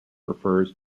refers